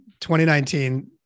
2019